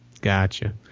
Gotcha